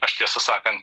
aš tiesą sakant